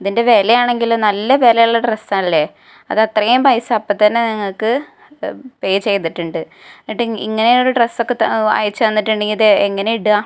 ഇതിൻ്റെ വിലയാണെങ്കിൽ നല്ല വിലയുള്ള ഡ്രസ്സ് അല്ലേ അത് അത്രയും പൈസ അപ്പോൾ തന്നെ നിങ്ങൾക്ക് പേ ചെയ്തിട്ടുണ്ട് എന്നിട്ട് ഇങ്ങനെ ഒരു ഡ്രസ്സൊക്കെ അയച്ച് തന്നിട്ടുണ്ടെങ്കിൽ ഇത് എങ്ങനെ ഇടാൻ